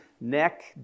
neck